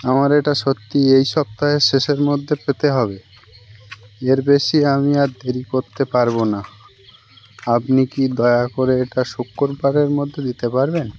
আমার এটা সত্যি এই সপ্তাহের শেষের মধ্যে পেতে হবে এর বেশি আমি আর দেরি করতে পারব না আপনি কি দয়া করে এটা শুক্রবারের মধ্যে দিতে পারবেন